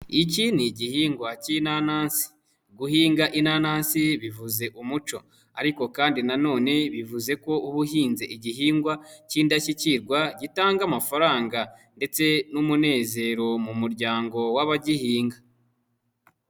Iki ni igihingwa cy'inanasi. Guhinga inanasi bivuze umuco. Ariko kandi nanone bivuze ko uba uhinze igihingwa cy'indashyikirwa, gitanga amafaranga ndetse n'umunezero mu muryango w'abagihinga.